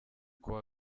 kuwa